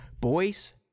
Boys